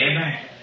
Amen